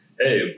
hey